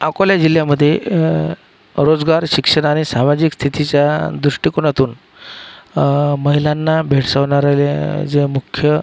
अकोला जिल्ह्यामधे रोजगार शिक्षण आणि सामाजिक स्थितीच्या दृष्टिकोनातून महिलांना भेडसावणाऱ्या ज्या मुख्य